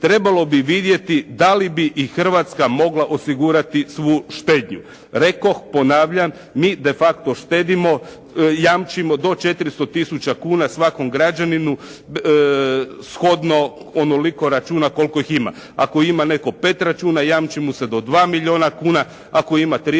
trebalo bi vidjeti dali bi i Hrvatska mogla osigurati svu štednju. Rekoh ponavljam, mi de facto štedimo, jamčimo do 400 tisuća kuna svakom građaninu, shodno onoliko računa koliko ih ima. Ako netko ima pet računa, jamči mu se do 2 milijuna kuna, ako ima tri